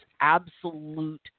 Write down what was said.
absolute